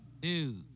Dude